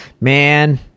Man